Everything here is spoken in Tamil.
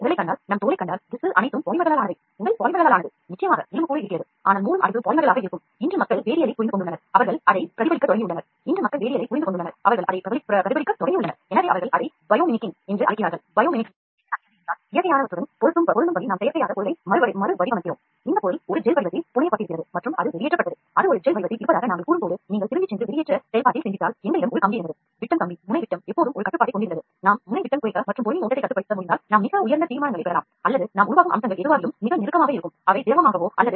உதாரணமாக நம் தோலில் ஒரு அறுவை சிகிச்சை செய்தால் முற்காலத்தில் தோள் வெட்டப்பட்டு தையல் போட்டோம் ஆரம்பத்தில் இந்ததையல்கள் இழைகள் மக்கும் தன்மை கொண்டவை அல்ல